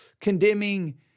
condemning